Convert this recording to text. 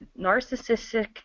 Narcissistic